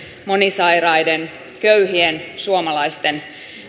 monisairaiden köyhien suomalaisten